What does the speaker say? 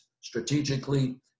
strategically